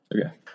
Okay